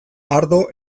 ardo